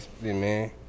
man